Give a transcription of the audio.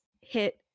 hit